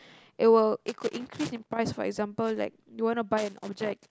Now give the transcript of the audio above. it will it could increase in price for example that you wana buy an object